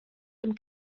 dem